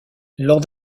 lors